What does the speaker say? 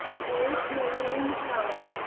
paige maelene heller,